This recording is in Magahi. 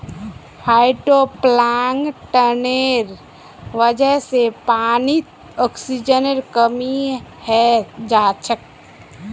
फाइटोप्लांकटनेर वजह से पानीत ऑक्सीजनेर कमी हैं जाछेक